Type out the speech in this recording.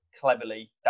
Cleverly